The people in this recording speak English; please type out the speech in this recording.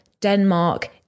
Denmark